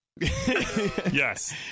Yes